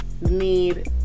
need